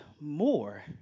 more